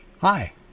Hi